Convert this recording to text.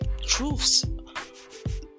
truths